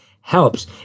helps